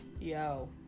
Yo